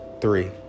three